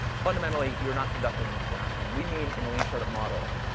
fundamentally, you're not conducting an experiment. and we mean, in a lean startup model,